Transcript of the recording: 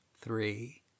three